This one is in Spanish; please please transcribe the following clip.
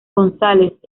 gonzález